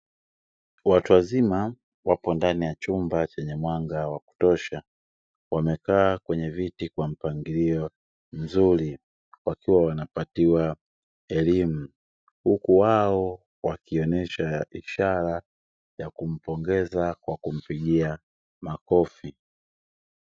Watu wazima wapo ndani ya chumba chenye mwanga wa kutosha wamekaa kwenye viti kwa mpangilio mzuri, wakiwa wanapatiwa elimu huku wao wakionyesha ishara ya kumpongeza kwa kumpigia makofi.